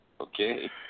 okay